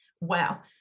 wow